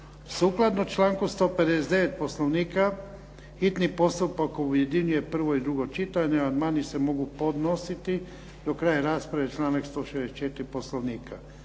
Sukladno članku 159. Poslovnika hitni postupak objedinjuje prvo i drugo čitanje. Amandmani se mogu podnositi do kraja rasprave, članak 164. Poslovnika.